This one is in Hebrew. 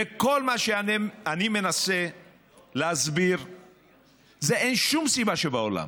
וכל מה שאני מנסה להסביר זה שאין שום סיבה שבעולם